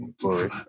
sorry